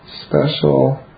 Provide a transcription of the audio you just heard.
special